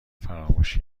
فراموش